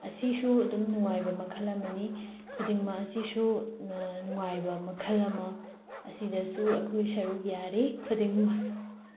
ꯑꯁꯤꯁꯨ ꯑꯗꯨꯝ ꯅꯨꯡꯉꯥꯏꯕ ꯃꯈꯜ ꯑꯃꯅꯤ ꯈꯨꯗꯤꯡꯃꯛ ꯑꯁꯤꯁꯨ ꯅꯨꯡꯉꯥꯏꯕ ꯃꯈꯜ ꯑꯃ ꯑꯁꯤꯗꯁꯨ ꯑꯩꯈꯣꯏ ꯁꯔꯨꯛ ꯌꯥꯔꯤ ꯈꯨꯗꯤꯡꯃꯛ